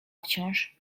wciąż